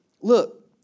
look